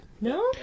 No